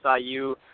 IU